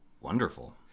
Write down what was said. Wonderful